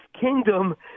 Kingdom